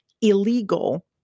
illegal